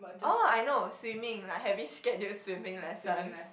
oh I know swimming like having scheduled swimming lessons